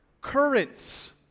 currents